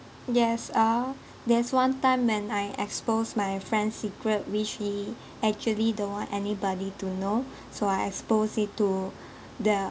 yes uh there's one time when I exposed my friend's secret which he actually don't want anybody to know so I exposed it to the